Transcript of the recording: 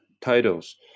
titles